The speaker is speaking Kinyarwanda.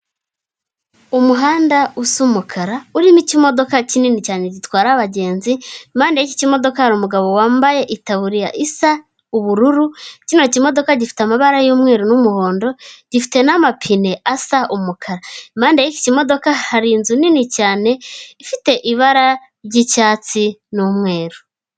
Umuhanda usa umukara urimo ikimodoka kinini cyane gitwara abagenzi, impande y'iki cy'imodoka hari umugabo wambaye itaburiya isa ubururu, kino kimodoka gifite amabara y'umweru n'umuhondo, gifite n'amapine asa umukara, impande y'iki kimodoka hari inzu nini cyane ifite ibara ry'icyatsi n'umweru.